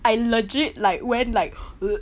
I legit like went like